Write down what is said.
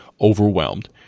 Overwhelmed